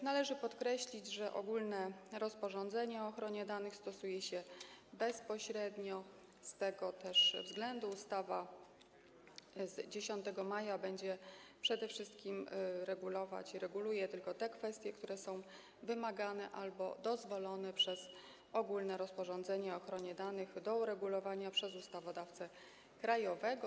Należy podkreślić, że ogólne rozporządzenie o ochronie danych stosuje się bezpośrednio, z tego też względu ustawa z 10 maja będzie przede wszystkim regulować i reguluje tylko te kwestie, które są wymagane albo dozwolone przez ogólne rozporządzenie o ochronie danych do uregulowania przez ustawodawcę krajowego.